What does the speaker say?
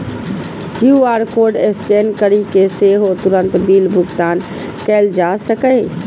QR code scan करि कें सेहो तुरंत बिल भुगतान कैल जा सकैए